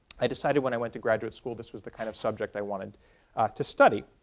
i decided when i went to graduate school this was the kind of subject i wanted to study.